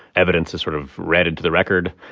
evidence is sort of read into the record.